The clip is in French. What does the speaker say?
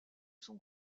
son